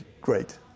great